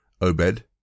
Obed